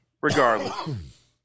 Regardless